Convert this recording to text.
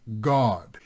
God